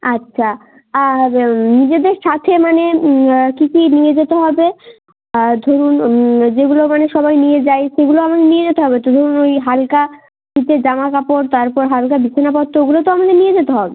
আচ্ছা আর নিজেদের সাথে মানে কী কী নিয়ে যেতে হবে ধরুন যেগুলো মানে সবাই নিয়ে যায় সেগুলো আমার নিয়ে যেতে হবে তো ধরুন ওই হালকা শীতের জামা কাপড় তারপর হালকা বিছানাপত্র ওগুলো তো আমাকে নিয়ে যেতে হবে